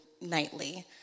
nightly